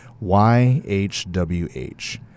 Y-H-W-H